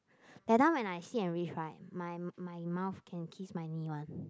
that time when I sit and reach right my my mouth can kiss my knee one